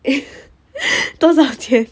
多少钱